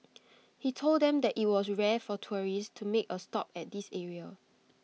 he told them that IT was rare for tourists to make A stop at this area